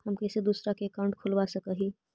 हम कैसे दूसरा का अकाउंट खोलबा सकी ही?